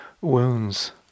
wounds